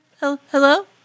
Hello